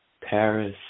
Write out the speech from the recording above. Paris